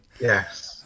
Yes